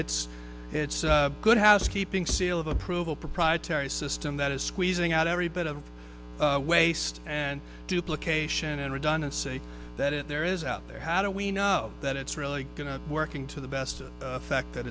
it's it's a good housekeeping seal of approval proprietary system that is squeezing out every bit of waste and duplications and redundancy there is out there how do we know that it's really going to work in to the best effect that